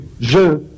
Je